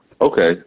Okay